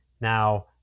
Now